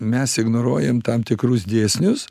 mes ignoruojam tam tikrus dėsnius